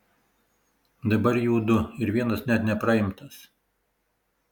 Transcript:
dabar jų du ir vienas net nepraimtas